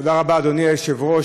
תודה רבה, אדוני היושב-ראש.